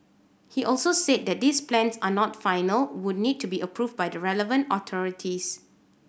he also said that these plans are not final would need to be approved by the relevant authorities